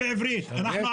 אני רוצה להבין.